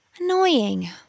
Annoying